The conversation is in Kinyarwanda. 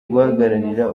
guhagararira